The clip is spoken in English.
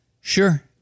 Sure